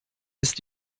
ist